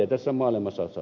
herra puhemies